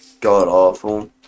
God-awful